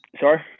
Sorry